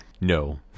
No